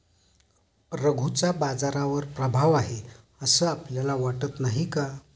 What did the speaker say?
रघूचा बाजारावर प्रभाव आहे असं आपल्याला वाटत नाही का?